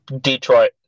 Detroit